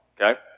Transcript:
Okay